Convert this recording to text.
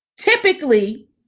typically